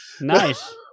Nice